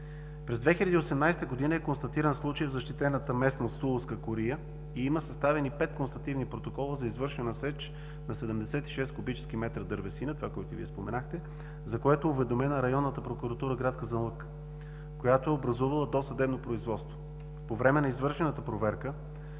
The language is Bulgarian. През 2018 г. е констатиран случай в защитената местност „Туловска кория“ и има съставени пет констативни протокола за извършена сеч на 76 куб. м дървесина, това, което и Вие споменахте, за което е уведомена Районната прокуратура в гр. Казанлък, която е образувала досъдебно производство. По време на извършената проверка